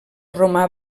romà